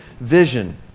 vision